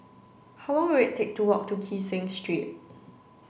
how long will it take to walk to Kee Seng Street